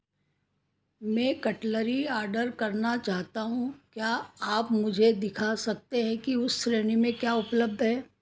मैं cutlery order करना चाहता हूँ क्या आप मुझे दिखा सकते हैं कि उस श्रेणी में क्या उपलब्ध है